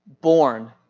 born